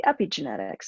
epigenetics